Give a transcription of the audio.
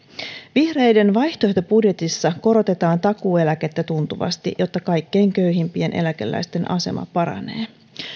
vihreiden vaihtoehtobudjetissa korotetaan takuueläkettä tuntuvasti jotta kaikkein köyhimpien eläkeläisten asema paranee